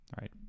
right